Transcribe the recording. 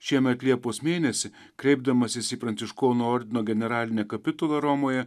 šiemet liepos mėnesį kreipdamasis į pranciškonų ordino generalinę kapitulą romoje